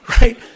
Right